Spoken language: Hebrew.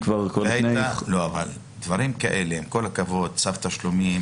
דברים כאלה צו תשלומים,